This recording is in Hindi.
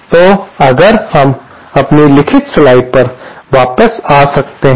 तो अगर हम अपनी लिखित स्लाइड्स पर वापस आ सकते हैं